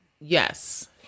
Yes